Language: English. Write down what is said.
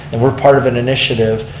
and we're part of an initiative,